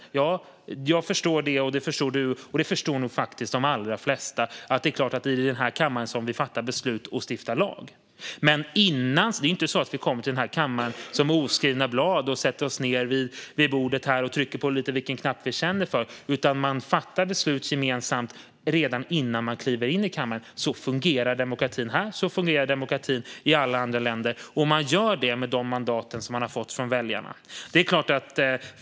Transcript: Både jag och du, liksom de allra flesta andra, förstår att det är i den här kammaren som vi fattar beslut och stiftar lag. Men vi kommer ju inte till kammaren som oskrivna blad, sätter oss ned vid bordet och trycker lite på vilken knapp vi känner för. Man fattar beslut gemensamt redan innan man kliver in i kammaren. Så fungerar demokratin både här och i andra länder, och man gör det med de mandat som man har fått av väljarna.